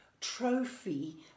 trophy